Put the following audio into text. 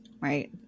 Right